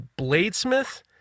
bladesmith